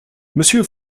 monsieur